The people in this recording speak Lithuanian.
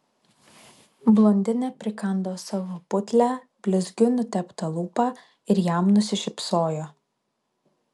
blondinė prikando savo putlią blizgiu nuteptą lūpą ir jam nusišypsojo